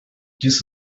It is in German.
dies